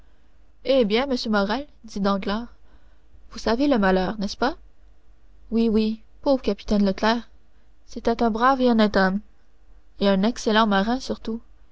eh bien monsieur morrel dit danglars vous savez le malheur n'est-ce pas oui oui pauvre capitaine leclère c'était un brave et honnête homme et un excellent marin surtout